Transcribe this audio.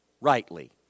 rightly